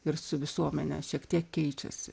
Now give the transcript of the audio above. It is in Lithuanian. ir su visuomene šiek tiek keičiasi